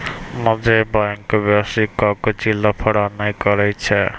निजी बैंक बेसी कागजी लफड़ा नै करै छै